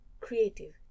creative